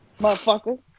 Motherfucker